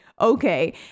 Okay